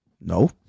No